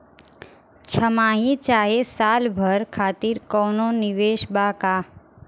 छमाही चाहे साल भर खातिर कौनों निवेश बा का?